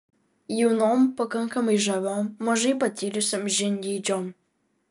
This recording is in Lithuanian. jaunom pakankamai žaviom mažai patyrusiom žingeidžiom